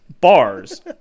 bars